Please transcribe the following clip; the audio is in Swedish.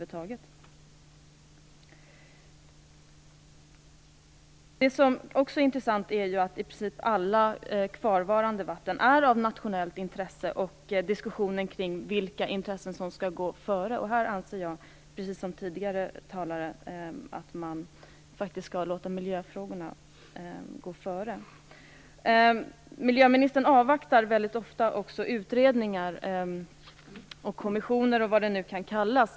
Det är också intressant att i princip alla kvarvarande vatten är av nationellt intresse. Det har varit en diskussion kring vilka intressen som skall gå före. Jag anser, precis som tidigare talare, att man faktiskt skall låta miljöintressena gå före. Miljöministern avvaktar ofta utredningar, kommissioner och sådant.